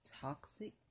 toxic